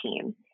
team